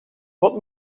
wat